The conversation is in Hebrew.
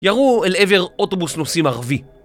ירו אל עבר אוטובוס, נוסעים ערבי